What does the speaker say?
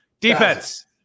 defense